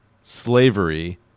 slavery